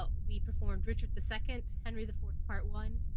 but we performed richard the second, henry the fourth, part one,